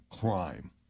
crime